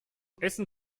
essen